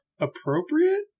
appropriate